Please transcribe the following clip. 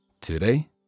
Today